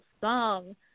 song